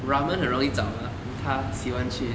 ramen 很容易找的吗他喜欢吃